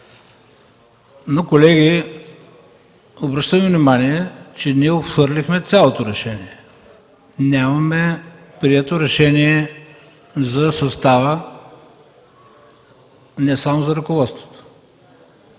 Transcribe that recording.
Колеги, обръщам Ви внимание, че ние отхвърлихме цялото решение. Нямаме прието решение за състава, не само за ръководството.